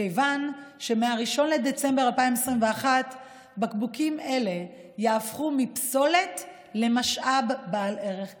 כיוון שמ-1 בדצמבר 2021 בקבוקים אלה יהפכו מפסולת למשאב בעל ערך כספי.